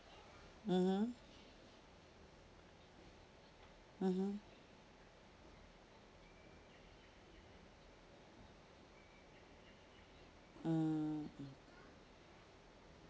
mmhmm mmhmm mm